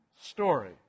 story